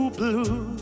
blue